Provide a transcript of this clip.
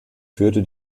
führte